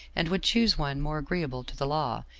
and would choose one more agreeable to the law,